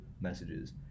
messages